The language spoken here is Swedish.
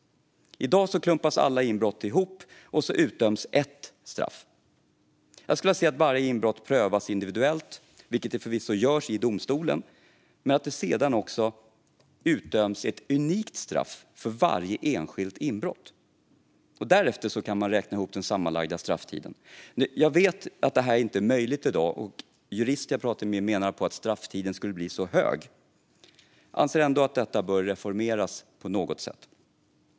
I dag klumpas alla inbrott ihop, och så utdöms ett straff. Varje inbrott prövas förvisso individuellt i domstolen, men jag skulle vilja att det sedan också utdömdes ett unikt straff för varje enskilt inbrott och att man därefter räknade ihop den sammanlagda strafftiden. Jag vet att det inte är möjligt i dag, och jurister jag har pratat med menar att strafftiden skulle bli så hög. Jag anser ändå att straffen bör reformeras på något sätt.